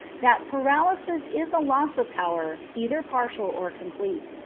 that paralysis is a loss of power, either partial or complete,